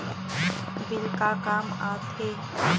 Bill का काम आ थे?